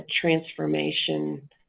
transformation